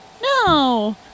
no